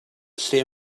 lle